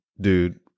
dude